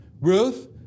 Ruth